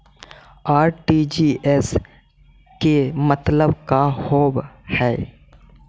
RTGS के मतलब का होव हई?